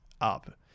up